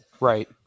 Right